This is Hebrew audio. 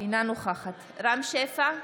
אינה נוכחת רם שפע,